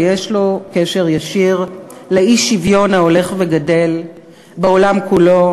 ויש לו קשר ישיר לאי-שוויון ההולך וגדל בעולם כולו,